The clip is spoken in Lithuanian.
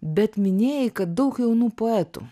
bet minėjai kad daug jaunų poetų